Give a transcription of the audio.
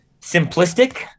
simplistic